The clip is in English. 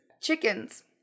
Chickens